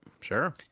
sure